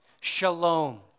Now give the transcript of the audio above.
shalom